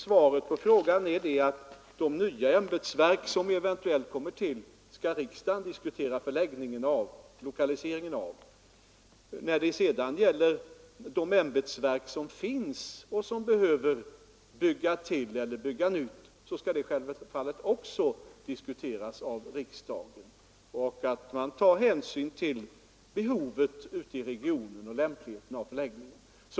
Svaret på frågan är alltså att riksdagen skall diskutera lokaliseringen av de nya ämbetsverk som eventuellt kommer till. Om de ämbetsverk som finns behöver bygga till eller bygga nytt skall det självfallet också diskuteras i riksdagen. Därvid kommer man att ta hänsyn till behovet ute i regionerna och lämpligheten av förläggningen.